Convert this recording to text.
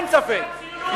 אין ספק.